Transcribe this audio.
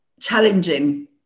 challenging